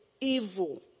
evil